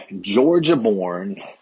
Georgia-born